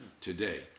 today